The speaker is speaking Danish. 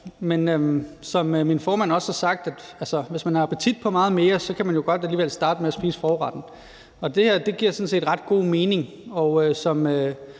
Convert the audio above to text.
men som min formand også har sagt: Hvis man har appetit på meget mere, kan man jo godt alligevel starte med at spise forretten. Og det her giver sådan set ret god mening, og som